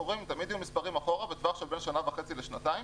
רואים תמיד יהיו מספרים אחורה בטווח שבין שנה וחצי לשנתיים.